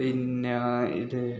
പിന്നെ ഇത്